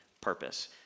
purpose